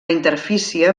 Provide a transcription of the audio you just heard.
interfície